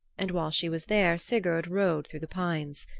and while she was there sigurd rode through the pines.